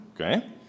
Okay